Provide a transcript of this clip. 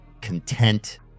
content